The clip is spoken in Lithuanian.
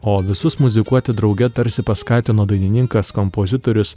o visus muzikuoti drauge tarsi paskatino dainininkas kompozitorius